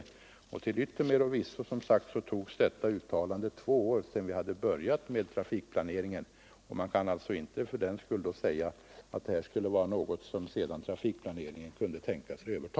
Och till yttermera visso antos detta uttalande som sagt två år efter det att vi hade börjat med trafikplaneringen; man kan alltså inte säga att detta skulle vara någonting som trafikplaneringen kunde tänkas överta.